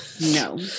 No